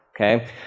Okay